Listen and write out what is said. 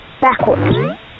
backwards